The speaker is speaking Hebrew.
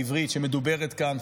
העברית שמדוברת כאן,